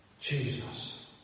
Jesus